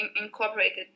incorporated